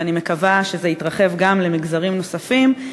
ואני מקווה שזה יתרחב גם למגזרים נוספים.